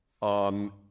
on